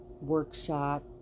workshop